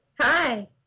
Hi